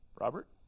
Robert